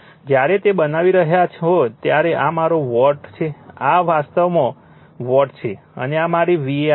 જ્યારે તે બનાવી રહ્યા હોય ત્યારે આ મારો વોટ છે આ વાસ્તવમાં વોટ છે અને આ મારી var છે